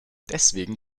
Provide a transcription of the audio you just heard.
deswegen